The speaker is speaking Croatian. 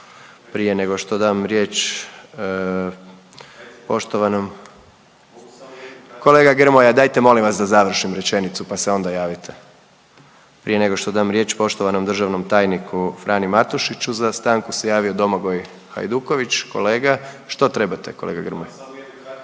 prije nego što dam riječ poštovanom državnom tajniku Frani Matušiću za stanku se javio Domagoj Hajduković kolega. Što trebate kolega Grmoja?